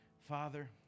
Father